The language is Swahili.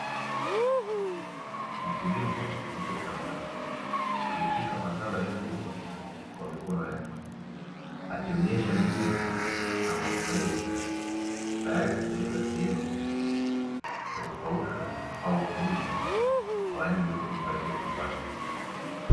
Mkulima yupo shambani ameshika mazao yaliyovunwa kwa mikono yake, akionyesha bidii na matumaini tayari kupelekwa sehemu ya kukaushwa au kuuzwa kwaajili ya kujipatia kipato.